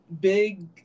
big